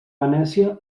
venècia